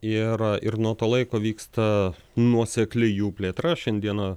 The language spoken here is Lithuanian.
ir ir nuo to laiko vyksta nuosekli jų plėtra šiandieną